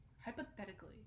Hypothetically